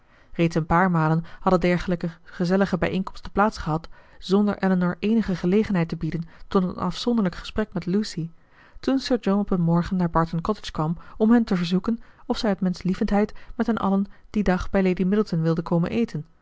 reeds een paar malen hadden dergelijke gezellige bijeenkomsten plaats gehad zonder elinor eenige gelegenheid te bieden tot een afzonderlijk gesprek met lucy toen sir john op een morgen naar barton cottage kwam om hen te verzoeken of zij uit menschlievendheid met hen allen dien dag bij lady middleton wilden komen eten